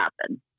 happen